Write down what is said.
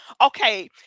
okay